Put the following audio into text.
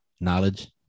knowledge